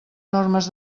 normes